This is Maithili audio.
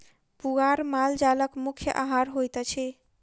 पुआर माल जालक मुख्य आहार होइत अछि